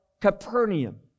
Capernaum